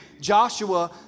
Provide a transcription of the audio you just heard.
Joshua